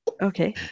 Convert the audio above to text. Okay